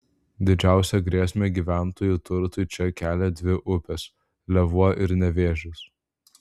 didžiausią grėsmę gyventojų turtui čia kelia dvi upės lėvuo ir nevėžis